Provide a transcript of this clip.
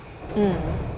mm